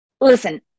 listen